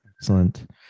Excellent